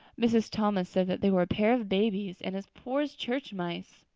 mrs. thomas said that they were a pair of babies and as poor as church mice.